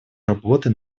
работы